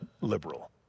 liberal